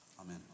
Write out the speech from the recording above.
Amen